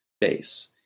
base